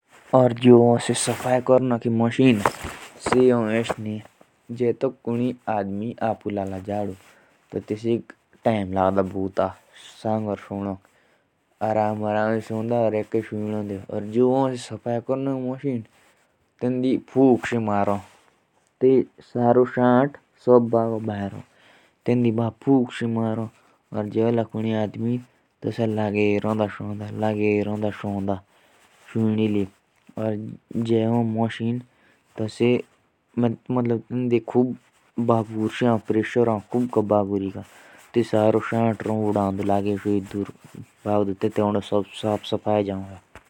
जो सफ करने की मशीन होती है। तो उससे जल्दी में काम हो जाता है घटु से लेट में होता है।